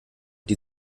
die